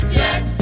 yes